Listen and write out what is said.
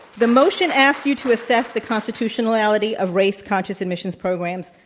the motion asks you to assess the constitutionality of race conscious admissions programs,